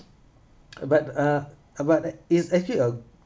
but uh uh but it's actually a